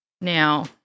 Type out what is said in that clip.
Now